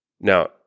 Now